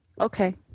Okay